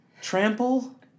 Trample